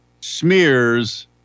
smears